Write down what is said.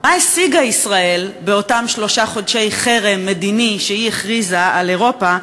מה השיגה ישראל באותם שלושה חודשי חרם מדיני שהיא הכריזה על אירופה,